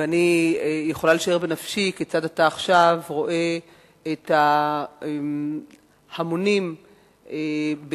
ואני יכולה לשער בנפשי כיצד אתה עכשיו רואה את ההמונים בהאיטי,